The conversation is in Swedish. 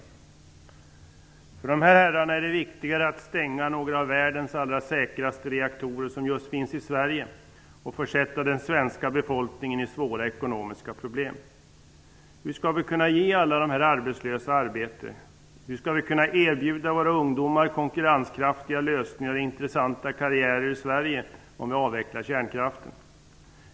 För de här herrarna är det viktigare att stänga några av världens allra säkraste reaktorer som just finns i Sverige och utsätta den svenska befolkningen för svåra ekonomiska problem. Hur skall vi kunna ge alla de arbetslösa arbete? Hur skall vi kunna erbjuda våra ungdomar konkurrenskraftiga lösningar och intressanta karriärer i Sverige om vi avvecklar kärnkraften?